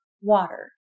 water